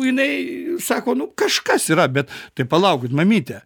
jinai sako nu kažkas yra bet tai palaukit mamyte